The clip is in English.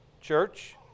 Church